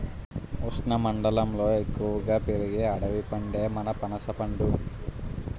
ఉష్ణమండలంలో ఎక్కువగా పెరిగే అడవి పండే మన పనసపండు